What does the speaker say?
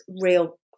real